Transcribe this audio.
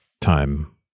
time